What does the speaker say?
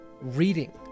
reading